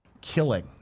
killing